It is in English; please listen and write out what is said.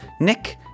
Nick